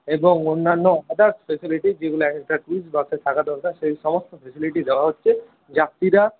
এবং অন্যান্য others facility যেগুলো এক একটা ট্যুরিস্ট বাসে থাকা দরকার সেই সমস্ত ফেসিলিটি দেওয়া হচ্ছে যাত্রীরা